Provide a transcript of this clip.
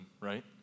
right